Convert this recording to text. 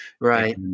Right